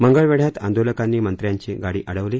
मंगळवेढ्यात आंदोलकांनी मंत्र्यांची गाडी अडवली